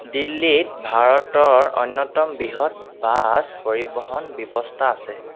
দিল্লীত ভাৰতৰ অন্যতম বৃহৎ বাছ পৰিবহণ ব্যৱস্থা আছে